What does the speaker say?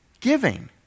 giving